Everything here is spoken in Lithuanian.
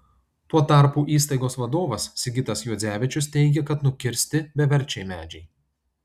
tuo tarpu įstaigos vadovas sigitas juodzevičius teigia kad nukirsti beverčiai medžiai